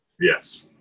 Yes